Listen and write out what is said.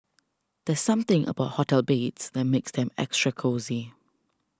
there's something about hotel beds that makes them extra cosy